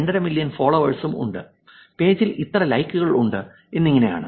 5 million ഫോളോവേഴ്സും ഉണ്ട് പേജിൽ ഇത്ര ലൈക്കുകൾ ഉണ്ട് എന്നിങ്ങനെ ആണ്